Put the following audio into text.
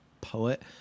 poet